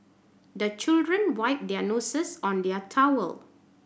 the children wipe their noses on their towel